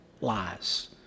lies